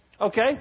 Okay